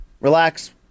relax